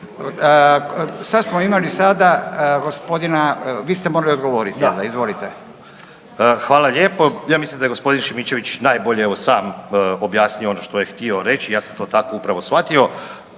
Sad smo imali sada gospodina, vi ste morali odgovoriti jel da, izvolite. **Ivanović, Goran (HDZ)** Hvala lijepo. Ja mislim da je gospodin Šimičević najbolje evo sam objasnio ono što je htio reći, ja sam to tako upravo shvatio.